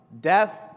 death